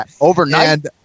overnight